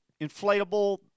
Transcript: inflatable